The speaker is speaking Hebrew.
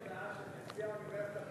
יש הודעה של נשיא האוניברסיטה,